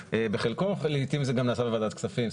בחלקו לעתים זה גם נעשה בוועדת כספים,